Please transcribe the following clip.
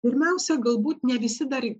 pirmiausia galbūt ne visi dar